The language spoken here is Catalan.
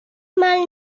mal